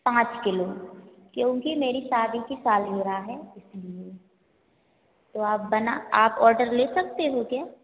पाँच किलो क्योंकि मेरी शादी कि सालगिरह है इसलिये तो आप बना आप ऑर्डर ले सकती हैं क्या